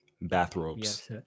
bathrobes